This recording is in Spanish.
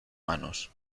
manos